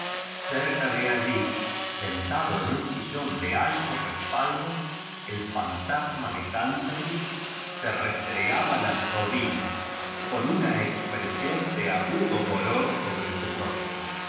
cerca de allí sentado en un sillón de alto respaldo el fantasma de ünntervilk se res tregaba las rodillas con una expresión de agudo dolor sobré su rostro